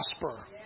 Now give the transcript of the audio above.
prosper